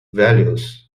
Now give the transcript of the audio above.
values